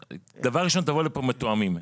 דבר ראשון תבואו לפה מתואמים.